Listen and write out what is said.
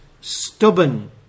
stubborn